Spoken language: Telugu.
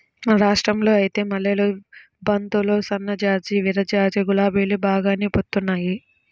మన రాష్టంలో ఐతే మల్లెలు, బంతులు, సన్నజాజి, విరజాజి, గులాబీలు బాగానే పూయిత్తున్నారు